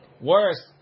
worse